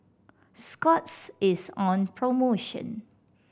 scott's is on promotion